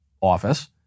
office